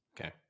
Okay